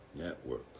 Network